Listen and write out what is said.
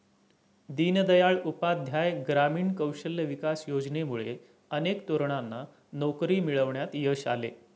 दीनदयाळ उपाध्याय ग्रामीण कौशल्य विकास योजनेमुळे अनेक तरुणांना नोकरी मिळवण्यात यश आले